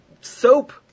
soap